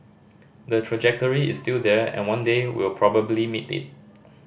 the trajectory is still there and one day we'll probably meet it